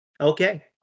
Okay